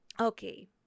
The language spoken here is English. okay